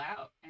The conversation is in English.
out